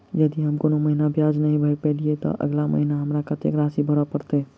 यदि हम कोनो महीना ब्याज नहि भर पेलीअइ, तऽ अगिला महीना हमरा कत्तेक राशि भर पड़तय?